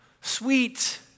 sweet